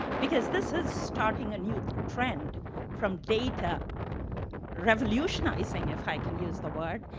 because this is starting a new trend from data revolutionizing if i can use the word,